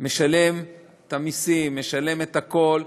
משלם מסים, משלם הכול,